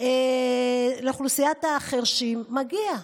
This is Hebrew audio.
ולאוכלוסיית החירשים מגיע,